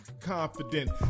confident